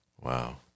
wow